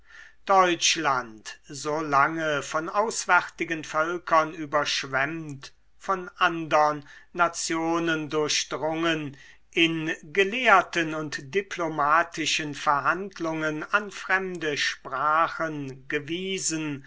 deutschland so lange von auswärtigen völkern überschwemmt von andern nationen durchdrungen in gelehrten und diplomatischen verhandlungen an fremde sprachen gewiesen